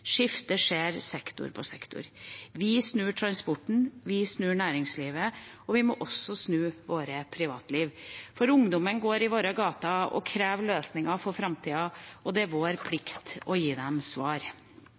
Skiftet skjer sektor for sektor. Vi snur transporten, vi snur næringslivet, og vi må også snu våre privatliv. Ungdommen går i våre gater og krever løsninger for framtida, og det er vår plikt å gi dem svar.